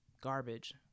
garbage